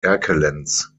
erkelenz